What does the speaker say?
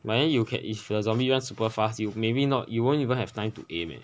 but then you can if a zombie run super fast you maybe not you won't even have time to aim leh